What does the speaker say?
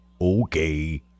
Okay